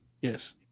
Yes